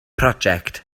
project